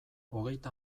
hogeita